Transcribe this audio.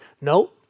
No